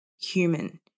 human